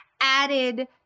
added